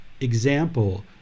example